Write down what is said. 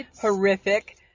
horrific